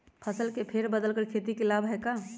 फसल के फेर बदल कर खेती के लाभ है का?